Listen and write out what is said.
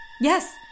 Yes